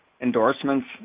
endorsements